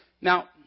Now